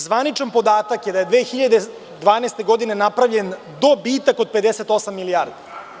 Zvaničan podatak je da je 2012. godine napravljen dobitak od 58 milijardi.